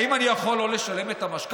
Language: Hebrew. האם אני יכול שלא לשלם את המשכנתה?